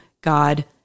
God